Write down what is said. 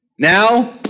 Now